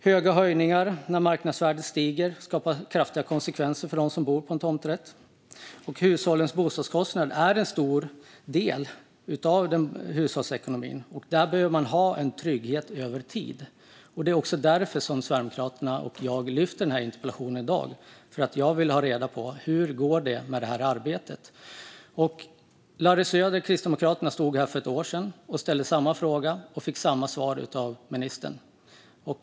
Höga höjningar när marknadsvärdet stiger ger kraftiga konsekvenser för dem som bor på tomträtt. Hushållens bostadskostnader är en stor del av hushållsekonomin, och där behöver man ha en trygghet över tid. Det är också därför som Sverigedemokraterna och jag tar upp den här interpellationen i dag. Jag vill ha reda på hur det går med detta arbete. Larry Söder, Kristdemokraterna, stod här för ett år sedan och ställde samma fråga och fick samma svar av ministern.